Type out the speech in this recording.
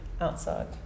outside